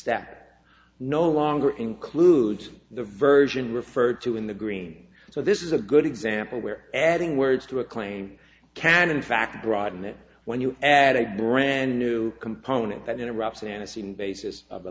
that no longer includes the version referred to in the green so this is a good example where adding words to a claim can in fact broaden it when you add a brand new component that interrupts an assumed basis of the